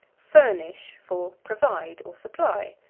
furnish for provide, or supply.